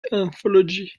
anthology